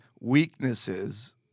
weaknesses